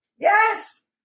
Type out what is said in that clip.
Yes